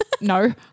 No